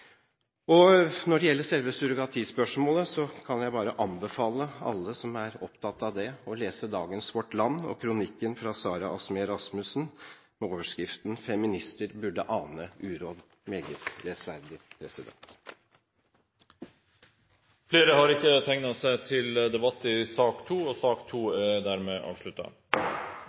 Når det gjelder selve surrogatispørsmålet, kan jeg bare anbefale alle som er opptatt av det, å lese dagens Vårt Land og kronikken fra Sara Azmeh Rasmussen med overskriften «Feminister burde ane uråd» – meget lesverdig. Flere har ikke bedt om ordet i sak nr. 2. Etter ønske fra helse- og